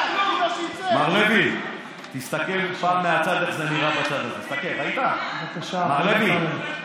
מר לוי, תסתכל רגע מהצד איך זה קורה פה.